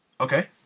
Okay